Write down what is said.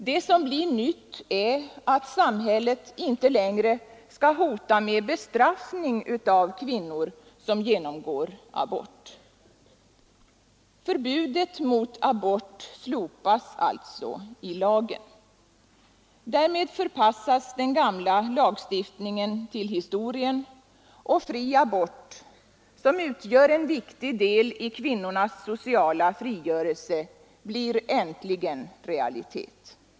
Det som blir nytt är att samhället inte längre skall hota med bestraffning av kvinnor som genomgår abort. Förbudet mot abort slopas alltså i lagen. Därmed förpassas den gamla lagstiftningen till historien, och fri abort, som utgör en viktig del i kvinnornas sociala frigörelse, blir äntligen realitet.